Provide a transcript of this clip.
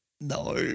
No